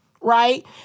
right